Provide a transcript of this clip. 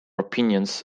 opinions